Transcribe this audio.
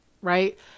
Right